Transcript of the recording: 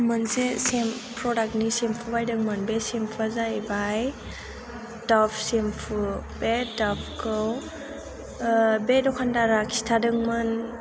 मोनसे सेम प्रडाक्टनि शेम्फु बायदोंमोन बे शेम्फुआ जाहैबाय ड'ब शेम्फु बे ड'बखौ बे दखानदारा खिन्थादोंमोन